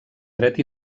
dret